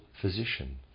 physician